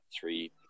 three